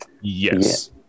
Yes